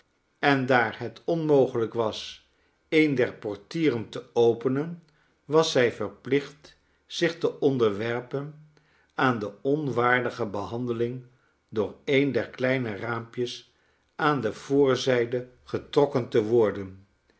en daar het onmogelijk was een der portieren te openen was zij verplicht zich te onderwerpen aan de onwaardige behandeling door een der kleine raampjes aan de voorzijde getrokken te worden